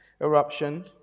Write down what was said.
eruption